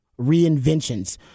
Reinventions